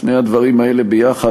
שני הדברים האלה ביחד,